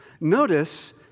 Notice